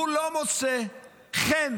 הוא לא מוצא חן